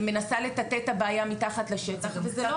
מנסה לטאטא את הבעיה מתחת לשטיח --- זה לא